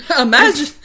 Imagine